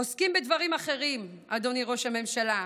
עוסקים בדברים אחרים, אדוני ראש הממשלה.